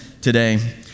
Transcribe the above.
today